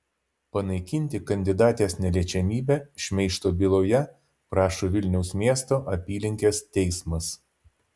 panaikinti kandidatės neliečiamybę šmeižto byloje prašo vilniaus miesto apylinkės teismas